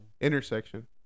Intersection